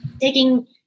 taking